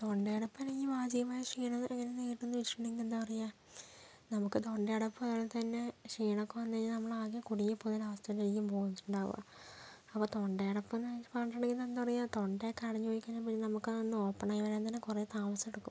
തൊണ്ടയടപ്പ് അല്ലെങ്കിൽ വാചികമായ ക്ഷീണം എങ്ങനെ നേരിട്ടു എന്നു ചോദിച്ചിട്ടുണ്ടെങ്കിൽ എന്താ പറയുക നമുക്ക് തൊണ്ടയടപ്പ് അതുപോലെത്തന്നെ ക്ഷീണമൊക്കെ വന്നുകഴിഞ്ഞാൽ നമ്മൾ ആകെ കുടുങ്ങിപ്പോകുന്നൊരു അവസ്ഥയിലേക്ക് ആയിരിക്കും പോന്നിട്ടുണ്ടാകുക അപ്പം തൊണ്ടയടപ്പ് എന്ന് പറഞ്ഞിട്ടുണ്ടെങ്കിൽ എന്താ പറയുക തൊണ്ടയൊക്കെ അടഞ്ഞുപോയി കഴിഞ്ഞാൽ പിന്നെ നമുക്ക് അതൊന്ന് ഓപ്പൺ ആയി വരാൻ തന്നെ കുറെ താമസം എടുക്കും